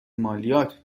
مالیات